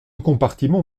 compartiment